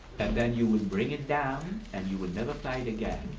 and then you will bring it down and you will never find it again.